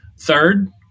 Third